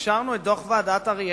אישרנו את דוח ועדת-אריאל.